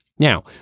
Now